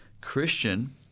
Christian